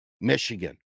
Michigan